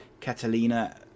Catalina